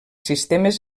sistemes